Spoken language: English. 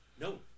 No